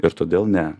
ir todėl ne